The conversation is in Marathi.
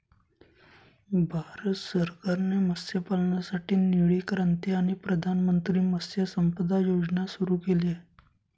भारत सरकारने मत्स्यपालनासाठी निळी क्रांती आणि प्रधानमंत्री मत्स्य संपदा योजना सुरू केली आहे